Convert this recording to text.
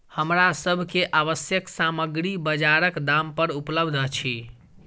हमरा सभ के आवश्यक सामग्री बजारक दाम पर उपलबध अछि